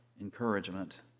encouragement